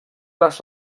les